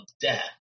death